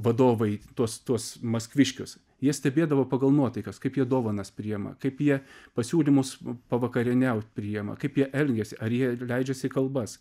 vadovai tuos tuos maskviškius jie stebėdavo pagal nuotaikas kaip jie dovanas priėma kaip jie pasiūlymus pavakarieniaut priėma kaip jie elgiasi ar jie leidžias į kalbas